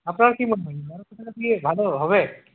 আপনার কি মনে হয় বারোশো টাকা দিয়ে ভালো হবে